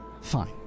Fine